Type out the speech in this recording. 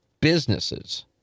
businesses